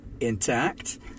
intact